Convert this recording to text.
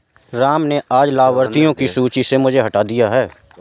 राम ने आज लाभार्थियों की सूची से मुझे हटा दिया है